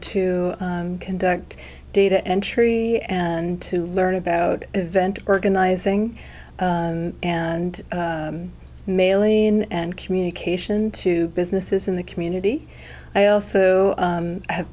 to conduct data entry and to learn about event organizing and mailing and communication to businesses in the community i also have